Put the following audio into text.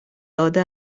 داده